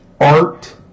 art